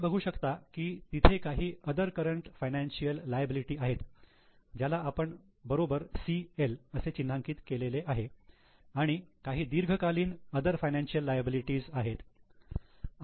तुम्ही बघू शकता की तिथे काही अदर करंट फायनान्शियल लायबिलिटी आहेत ज्याला आपण बरोबर 'CL' असे चिन्हांकित केलेले आहे आणि काही दीर्घकालीन अदर फायनान्शियल लायबिलिटी आहेत